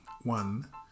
One